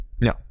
No